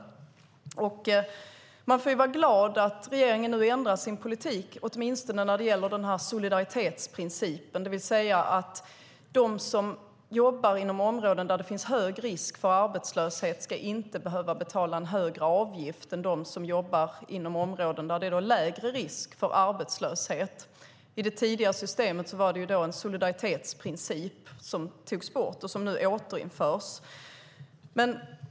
Man får vara glad att regeringen nu ändrar sin politik, åtminstone när det gäller solidaritetsprincipen. De som jobbar inom områden med hög risk för arbetslöshet ska inte behöva betala högre avgift än de som jobbar inom områden med lägre risk för arbetslöshet. I det tidigare systemet var det en solidaritetsprincip. Den togs bort, men nu återinförs den.